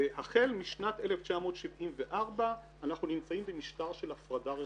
והחל משנת 1974 אנחנו נמצאים במשטר של הפרדה רכושית.